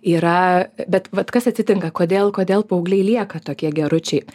yra bet vat kas atsitinka kodėl kodėl paaugliai lieka tokie geručiai